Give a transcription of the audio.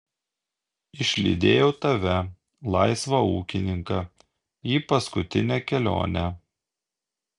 išlydėjau tave laisvą ūkininką į paskutinę kelionę